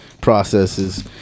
processes